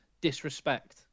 disrespect